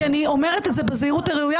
כי אני אומרת בזהירות הראויה,